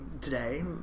today